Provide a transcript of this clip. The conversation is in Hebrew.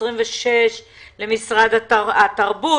26 מיליון שקלים למשרד התרבות,